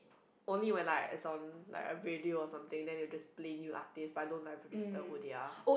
only when like it's on like a radio or something then they will just play new artists but I don't like register who they are